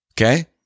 okay